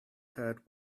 heard